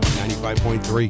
95.3